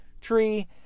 tree